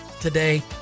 today